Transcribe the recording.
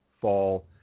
fall